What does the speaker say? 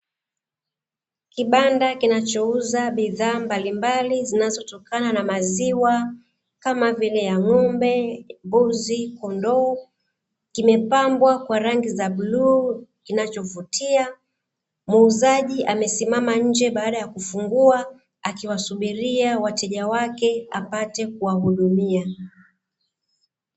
Kibanda kinachouza bidhaa mbalimbali zinazotokana na maziwa, kama vile ya ng'ombe, mbuzi, kondoo. Kimepambwa kwa rangi za bluu, kinachovutia. Muuzaji amesimama nje baada ya kufungua, akiwasubiria wateja wake apate kuwahudumia.